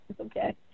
okay